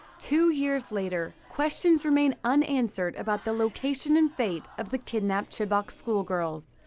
two years later, questions remain unanswered about the location and fate of the kidnapped chibok school girls.